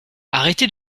arrêtez